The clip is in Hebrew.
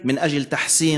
נזקק.